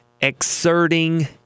exerting